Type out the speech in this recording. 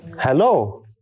Hello